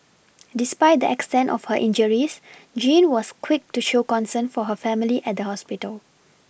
despite the extent of her injures Jean was quick to show concern for her family at the hospital